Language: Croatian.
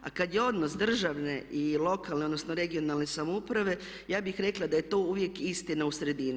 A kada je odnos državne i lokalne, odnosno regionalne samouprave ja bih rekla da je to uvijek istina u sredini.